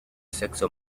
sexo